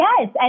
Yes